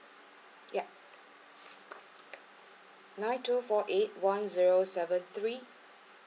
yup nine two four eight one zero seven three